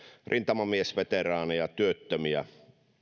rintamamiesveteraaneja työttömiä